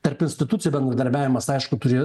tarp institucijų bendradarbiavimas aišku turi